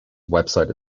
website